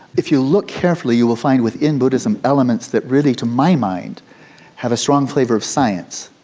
if you look carefully you will find within buddhism elements that really to my mind have a strong flavour of science.